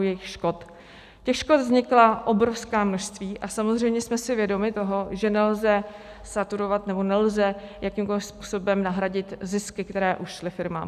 Těch škod vzniklo obrovské množství a samozřejmě jsme si vědomi toho, že nelze saturovat nebo nelze jakýmkoliv způsobem nahradit zisky, které ušly firmám.